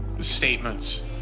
statements